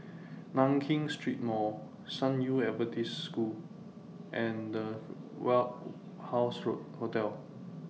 Nankin Street Mall San Yu Adventist School and The Warehouse Hotel